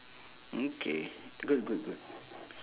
okay good good good